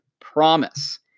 Promise